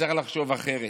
צריך לחשוב אחרת.